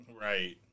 Right